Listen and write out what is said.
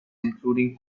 including